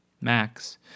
Max